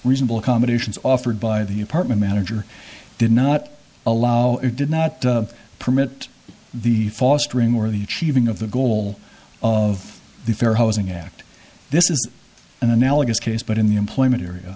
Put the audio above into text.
reasonable accommodations offered by the department manager did not allow it did not permit the fostering or the achieving of the goal of the fair housing act this is an analogous case but in the employment area